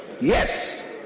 Yes